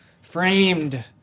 Framed